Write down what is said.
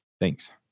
Thanks